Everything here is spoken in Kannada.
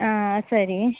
ಹಾಂ ಸರಿ